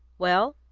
well,